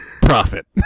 profit